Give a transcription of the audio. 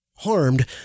harmed